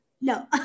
No